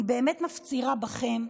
אני באמת מפצירה בכם,